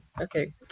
Okay